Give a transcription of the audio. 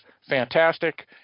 fantastic